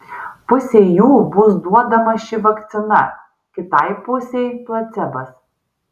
pusei jų bus duodama ši vakcina kitai pusei placebas